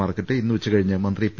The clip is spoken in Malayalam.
മാർക്കറ്റ് ഇന്ന് ഉച്ചകഴിഞ്ഞ് മന്ത്രി പി